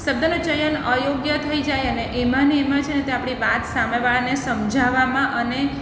શબ્દનો ચયન અયોગ્ય થઈ જાય અને એમાં ને એમાં છે ને તે આપણી વાત સામેવાળાને સમજાવવામાં અને